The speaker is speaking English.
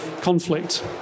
conflict